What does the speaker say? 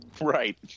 right